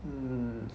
mm